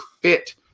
fit